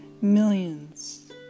millions